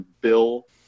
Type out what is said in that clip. Bill